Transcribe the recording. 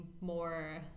more